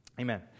amen